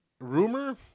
rumor